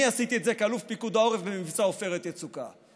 אני עשיתי את זה כאלוף פיקוד העורף במבצע עופרת יצוקה.